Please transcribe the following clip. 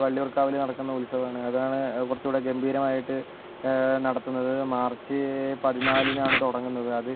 വള്ളിയൂർക്കാവിൽ നടക്കുന്ന ഉത്സവമാണ് അതാണ് കുറച്ചും കൂടെ ഗംഭീരമായിട്ട് നടത്തുന്നത് മാർച്ച് പതിനാലിനാണ് തുടങ്ങുന്നത് അത്